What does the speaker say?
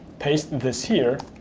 paste this here,